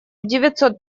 девятьсот